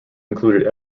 included